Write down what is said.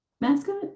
mascot